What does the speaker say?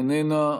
איננה,